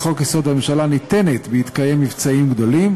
חוק-יסוד: הממשלה ניתנת בהתקיים מבצעים גדולים,